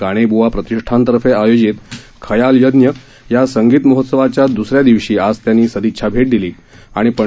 काणेब्वा प्रतिष्ठानतर्फे आयोजित खयाल यज्ञ या संगीत महोत्सवाच्या द्र्सऱ्या दिवशी आज त्यांनी सदिच्छा भेट दिली आणि पं